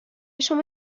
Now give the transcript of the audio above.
شما